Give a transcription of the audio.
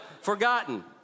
forgotten